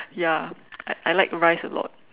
ya I I like rice a lot